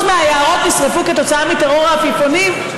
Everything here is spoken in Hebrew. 50% מהיערות נשרפו כתוצאה מטרור העפיפונים,